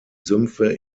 sümpfe